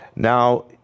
Now